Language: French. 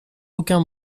aucun